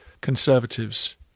conservatives